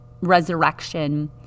resurrection